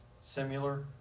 Similar